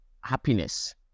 happiness